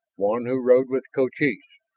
one who rode with cochise.